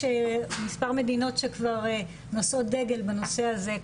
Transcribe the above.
יש מספר מדינות שכבר נושאות דגל בנושא הזה,